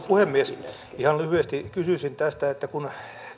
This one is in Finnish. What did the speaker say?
puhemies ihan lyhyesti kysyisin tästä kun